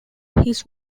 his